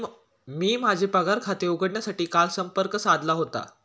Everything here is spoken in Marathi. मी माझे पगार खाते उघडण्यासाठी काल संपर्क साधला होता